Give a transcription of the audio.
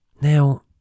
Now